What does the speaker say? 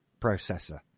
processor